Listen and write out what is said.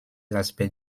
l’aspect